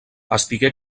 estigué